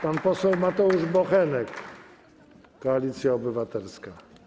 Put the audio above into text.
Pan poseł Mateusz Bochenek, Koalicja Obywatelska.